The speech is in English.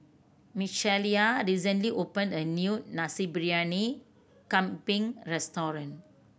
Micaela recently opened a new Nasi Briyani Kambing restaurant